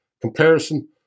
comparison